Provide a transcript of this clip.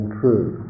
true